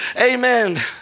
Amen